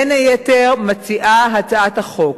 בין היתר מציעה הצעת החוק: